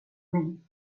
mig